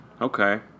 Okay